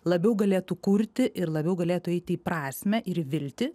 labiau galėtų kurti ir labiau galėtų įeiti į prasmę ir viltį